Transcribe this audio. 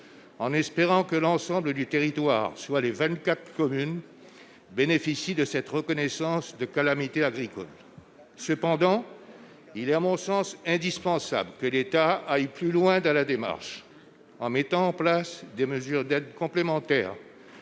en espérant que l'ensemble du territoire, soit les 24 communes bénéficient de cette reconnaissance de calamité agricole, cependant, il est à mon sens indispensable que l'État aille plus loin dans la démarche en mettant en place des mesures d'aide complémentaire